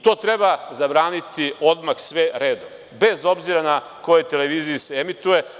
To treba zabraniti odmah sve redom, bez obzira na kojoj televiziji se emituje.